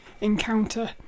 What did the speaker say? encounter